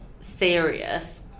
serious